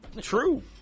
True